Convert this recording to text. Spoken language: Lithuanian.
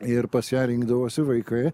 ir pas ją rinkdavosi vaikai